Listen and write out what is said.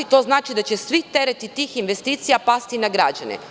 To znači da će svi tereti tih investicija pasti na građane?